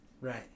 Right